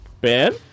Ben